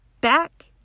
back